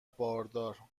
باردار